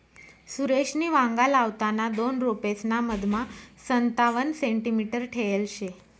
सुरेशनी वांगा लावताना दोन रोपेसना मधमा संतावण सेंटीमीटर ठेयल शे